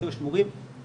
יותר שמורים ולכן,